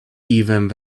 even